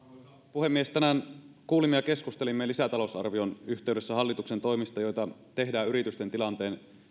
puhemies tänään kuulimme ja keskustelimme lisätalousarvion yhteydessä hallituksen toimista joita tehdään yritysten tilanteen